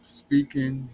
speaking